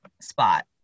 spot